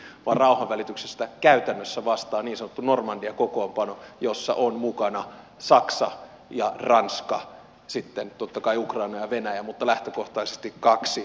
ei vaan rauhanvälityksestä käytännössä vastaa niin sanottu normandia kokoonpano jossa ovat mukana saksa ja ranska sitten totta kai ukraina ja venäjä mutta lähtökohtaisesti kaksi nato maata